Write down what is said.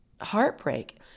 heartbreak